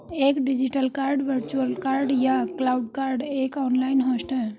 एक digital card virtual card या cloud card एक ऑनलाइन होस्ट है